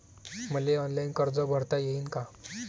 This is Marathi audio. मले ऑनलाईन कर्ज भरता येईन का?